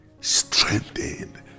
strengthened